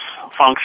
function